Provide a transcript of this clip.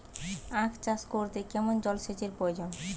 আখ চাষ করতে কেমন জলসেচের প্রয়োজন?